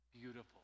Beautiful